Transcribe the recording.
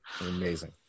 Amazing